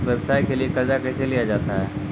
व्यवसाय के लिए कर्जा कैसे लिया जाता हैं?